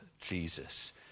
Jesus